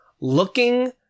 looking